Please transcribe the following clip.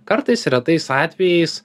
kartais retais atvejais